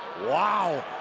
wow,